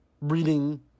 reading